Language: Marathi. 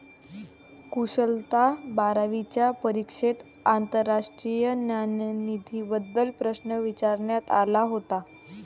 कुशलला बारावीच्या परीक्षेत आंतरराष्ट्रीय नाणेनिधीबद्दल प्रश्न विचारण्यात आला होता